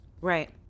Right